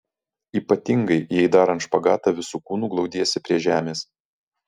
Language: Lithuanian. ypatingai jei darant špagatą visu kūnu glaudiesi prie žemės